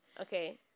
Okay